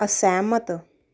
ਅਸਹਿਮਤ